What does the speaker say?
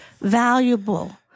Valuable